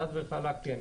חד וחלק כן.